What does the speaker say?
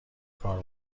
کار